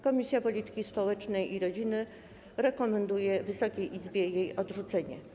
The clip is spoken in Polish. Komisja Polityki Społecznej i Rodziny rekomenduje Wysokiej Izbie jej odrzucenie.